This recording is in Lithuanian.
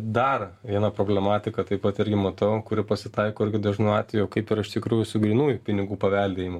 dar vieną problematiką taip pat irgi matau kurių pasitaiko irgi dažnu atveju kaip ir iš tikrųjų su grynųjų pinigų paveldėjimu